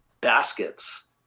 baskets